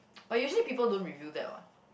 but usually people don't review that what